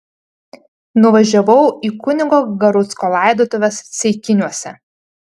nuvažiavau į kunigo garucko laidotuves ceikiniuose